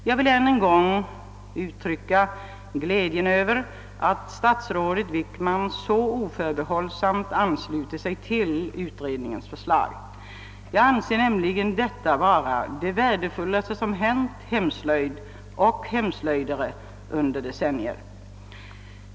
Jag vill än en gång uttrycka min glädje över att statsrådet Wickman så oförbehållsamt anslutit sig till utredningens förslag. Jag anser nämligen detta vara det värdefullaste som hänt hemslöjd och hemslöjdare under decennier.